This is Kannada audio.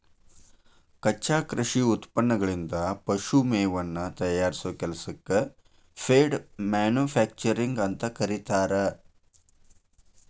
ಕಚ್ಚಾ ಕೃಷಿ ಉತ್ಪನ್ನಗಳಿಂದ ಪಶು ಮೇವನ್ನ ತಯಾರಿಸೋ ಕೆಲಸಕ್ಕ ಫೇಡ್ ಮ್ಯಾನುಫ್ಯಾಕ್ಚರಿಂಗ್ ಅಂತ ಕರೇತಾರ